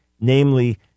namely